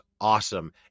awesome